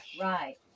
Right